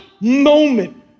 moment